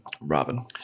Robin